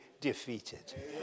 defeated